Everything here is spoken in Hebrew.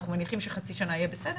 אנחנו מניחים שחצי שנה יהיה בסדר.